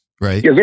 right